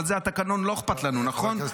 זה התקנון, אבל לא אכפת לנו, נכון?